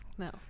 No